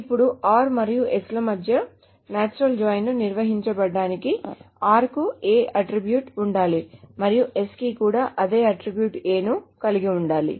ఇప్పుడు r మరియు s ల మధ్య నేచురల్ జాయిన్ ను నిర్వచించడానికి r కు A అట్ట్రిబ్యూట్ ఉండాలి మరియు s కి కూడా అదే అట్ట్రిబ్యూట్ A ను కలిగి ఉండాలి